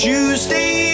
Tuesday